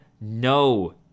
no